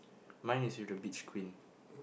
mine is with the beach queen